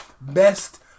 best